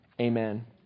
Amen